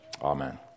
Amen